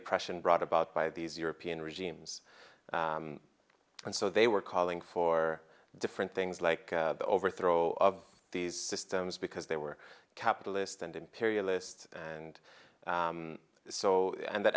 oppression brought about by these european regimes and so they were calling for different things like the overthrow of these systems because they were capitalist and imperialist and so and th